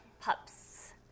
pups